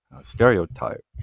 stereotype